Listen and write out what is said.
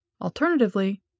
alternatively